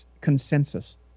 consensus